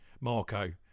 Marco